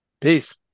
peace